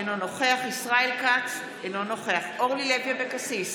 אינו נוכח ישראל כץ, אינו נוכח אורלי לוי אבקסיס,